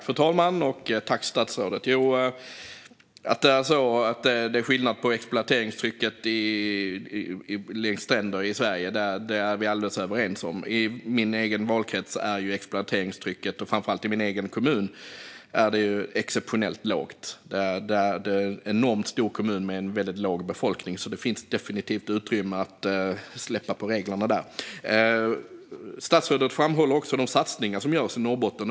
Fru talman! Att det är skillnad på exploateringstrycket längs stränder i Sverige är vi alldeles överens om. I min egen valkrets, och framför allt i min egen kommun, är ju exploateringstrycket exceptionellt lågt. Det är en enormt stor kommun med väldigt liten befolkning, så det finns definitivt utrymme att släppa på reglerna där. Statsrådet framhåller också de satsningar som görs i Norrbotten.